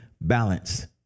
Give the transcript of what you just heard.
balance